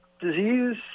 disease